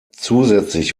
zusätzlich